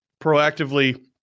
proactively